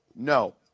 No